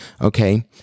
okay